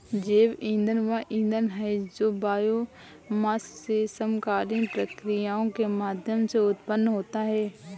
जैव ईंधन वह ईंधन है जो बायोमास से समकालीन प्रक्रियाओं के माध्यम से उत्पन्न होता है